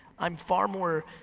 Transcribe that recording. i'm far more,